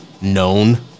known